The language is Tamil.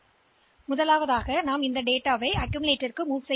எனவே முதலில் நாம் எண்ணைக் அக்கீம்லெட்டரில் பெறுகிறோம்